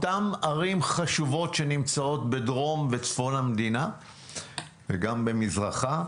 אותן ערים חשובות שנמצאות בדרום ובצפון המדינה וגם במזרחה,